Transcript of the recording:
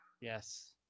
Yes